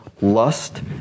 lust